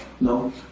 no